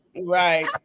right